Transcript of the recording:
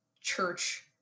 church